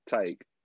take